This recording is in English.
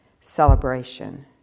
celebration